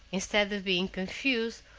instead of being confused,